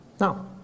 No